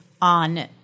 on